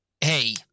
hey